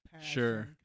Sure